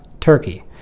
Turkey